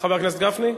חבר הכנסת גפני?